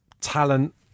Talent